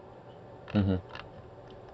mmhmm